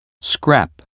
scrap